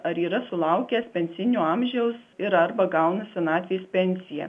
ar yra sulaukęs pensijinio amžiaus ir arba gauna senatvės pensiją